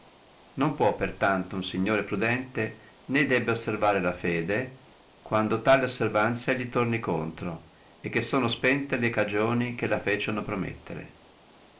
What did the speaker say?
non può per tanto uno signore prudente né debbe osservare la fede quando tale osservanzia li torni contro e che sono spente le cagioni che la feciono promettere